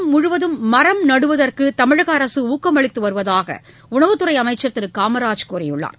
தமிழகம் முழுவதும் மரம் நடுவதற்கு தமிழக அரசு ஊக்கம் அளித்து வருவதாக உணவு அமைச்சர் திரு காமராஜ் கூறியுள்ளார்